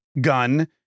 gun